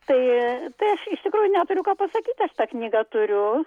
tai tai aš iš tikrųjų neturiu ką pasakyt aš tą knygą turiu